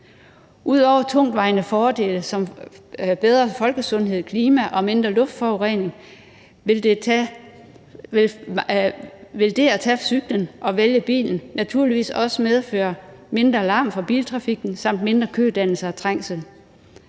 Ud over tungtvejende fordele som bedre folkesundhed, bedre klima og mindre luftforurening vil det at tage cyklen og vælge bilen fra naturligvis også medføre mindre larm fra biltrafikken samt mindre kødannelse og trængsel.